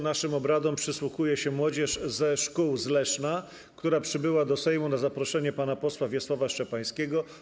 Naszym obradom przysłuchuje się młodzież ze szkół z Leszna, która przybyła do Sejmu na zaproszenie pana posła Wiesława Szczepańskiego.